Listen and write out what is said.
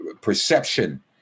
perception